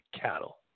cattle